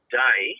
day